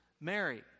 Mary